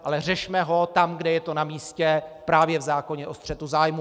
Ale řešme ho tam, kde je to namístě, právě v zákoně o střetu zájmů.